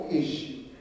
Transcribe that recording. issue